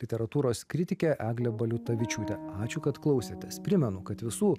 literatūros kritikė eglė baliutavičiūtė ačiū kad klausėtės primenu kad visų